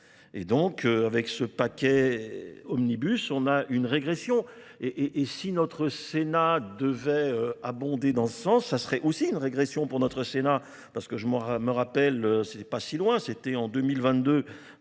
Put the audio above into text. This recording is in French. Et donc avec ce paquet omnibus, on a une régression. Et si notre Sénat devait abonder dans ce sens, ça serait aussi une régression pour notre Sénat. Parce que je me rappelle, c'est pas si loin, c'était en 2022